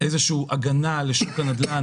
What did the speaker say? איזושהי הגנה לשוק הנדל"ן.